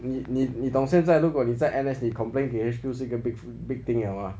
你你你懂现在如果你在 N_S 你 complain to H_Q 是一个 big big thing liao mah